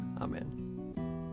Amen